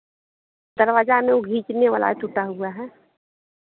दरवाजा में वो खींचने वाला टूटा हुआ है